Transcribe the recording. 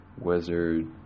wizard